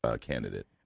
candidate